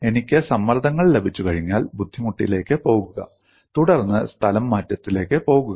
എനിക്ക് സമ്മർദ്ദങ്ങൾ ലഭിച്ചുകഴിഞ്ഞാൽ ബുദ്ധിമുട്ടിലേക്ക് പോകുക തുടർന്ന് സ്ഥലംമാറ്റത്തിലേക്ക് പോകുക